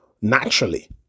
naturally